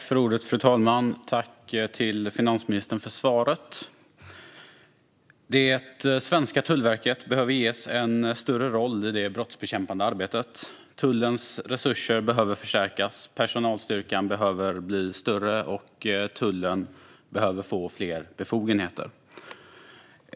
Fru talman! Tack, finansministern, för svaret! Det svenska Tullverket behöver ges en större roll i det brottsbekämpande arbetet. Tullens resurser behöver förstärkas, personalstyrkan behöver bli större och tullen behöver få fler befogenheter.